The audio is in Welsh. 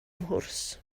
mhwrs